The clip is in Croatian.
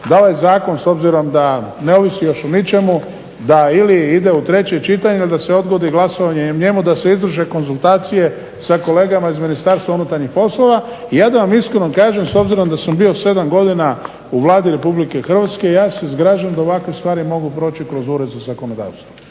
da ovaj zakon s obzirom da ne ovisi još o ničemu da ili ide u treće čitanje ili da se odgodi glasovanje o njemu, da se … konzultacije sa kolegama iz Ministarstva unutarnjih poslova. Ja da vam iskreno kažem s obzirom da sam bio 7 godina u Vladi Republike Hrvatske ja se zgražam da ovakve stvari mogu proći kroz Ured za zakonodavstvo